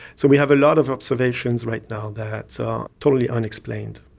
so we have a lot of observations right now that are totally unexplained.